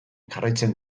jarraitzen